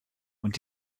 und